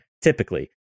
Typically